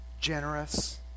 generous